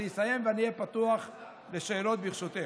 אני אסיים ואני אהיה פתוח לשאלות, ברשותך.